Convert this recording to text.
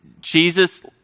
Jesus